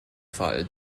fall